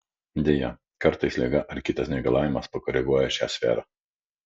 deja kartais liga ar kitas negalavimas pakoreguoja šią sferą